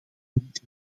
niet